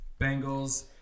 Bengals